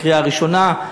לקריאה ראשונה,